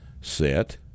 set